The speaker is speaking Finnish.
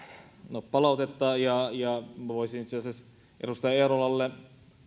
no palautetta ja ja voisin itse asiassa edustaja eerolalle